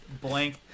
blank